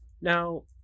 Now